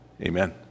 Amen